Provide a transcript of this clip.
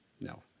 no